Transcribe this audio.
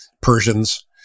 Persians